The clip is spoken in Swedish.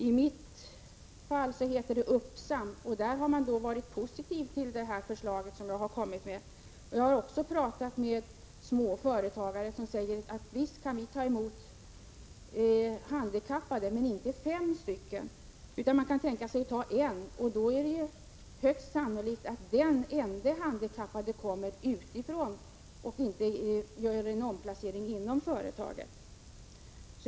I min hemtrakt heter det Uppsam, och där har man varit positiv till mitt förslag. Jag har också talat med småföretagare som säger att de visst kan ta emot handikappade, men inte fem stycken. Man kan tänka sig ta emot en, och då är det högst sannolikt att den ende handikappade kommer utifrån och att man inte gör en omplacering inom företaget.